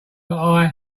but